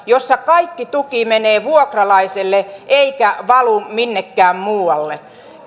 jossa kaikki tuki menee vuokralaiselle eikä valu minnekään muualle